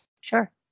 Sure